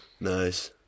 Nice